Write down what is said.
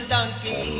Donkey